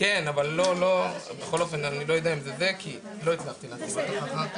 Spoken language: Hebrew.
כי אי אפשר בוועדה להושיב ילד ולהבין.